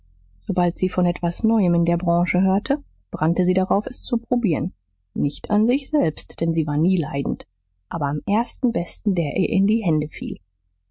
sobald sie von etwas neuem in der branche hörte brannte sie darauf es zu probieren nicht an sich selbst denn sie war nie leidend aber am ersten besten der ihr in die hände fiel